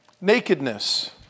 Nakedness